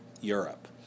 Europe